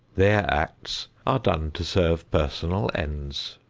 their acts are done to serve personal ends.